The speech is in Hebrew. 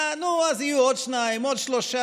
מה, נו, אז יהיו עוד שניים, עוד שלושה.